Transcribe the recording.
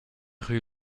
rue